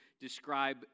describe